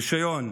רישיון,